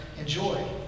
enjoy